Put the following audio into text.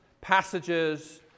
passages